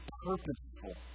purposeful